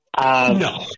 No